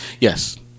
Yes